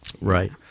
Right